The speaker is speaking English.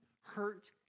hurt